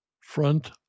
front